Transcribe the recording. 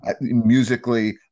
musically